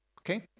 Okay